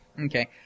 Okay